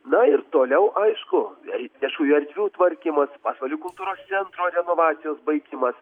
na ir toliau aišku vėl viešųjų erdvių tvarkymas pasvalio kultūros centro renovacijos baigimas